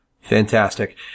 Fantastic